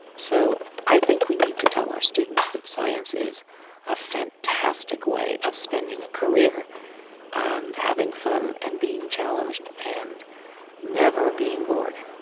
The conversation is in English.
so i think we need to tell our students that science is a fantastic way of spending a career and having fun and being challenged and never being bored